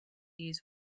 use